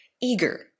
eager